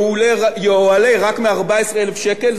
יועלה רק מארבע-עשרה אלף שקל,